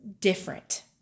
different